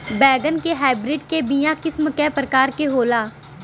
बैगन के हाइब्रिड के बीया किस्म क प्रकार के होला?